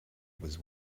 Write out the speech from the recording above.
with